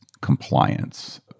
compliance